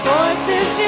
Voices